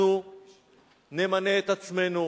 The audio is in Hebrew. אנחנו נמנה את עצמנו,